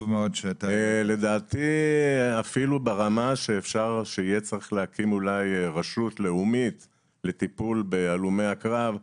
לדעתי אפילו ברמה שיהיה צריך להקים רשות לאומית לטיפול בהלומי הקרב,